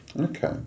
Okay